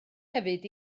hefyd